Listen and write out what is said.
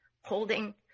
holding